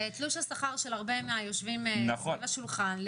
תלוש השכר של הרבה מהיושבים פה סביב השולחן,